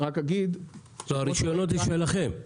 הרישיונות הם שלכם.